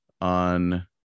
on